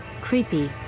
Creepy